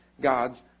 God's